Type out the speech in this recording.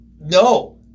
no